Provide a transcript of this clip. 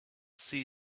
see